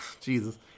Jesus